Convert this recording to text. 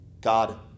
God